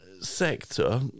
sector